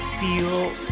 feel